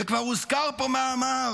וכבר הוזכר פה מאמר